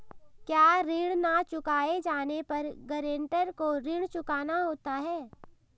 क्या ऋण न चुकाए जाने पर गरेंटर को ऋण चुकाना होता है?